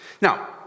Now